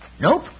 Nope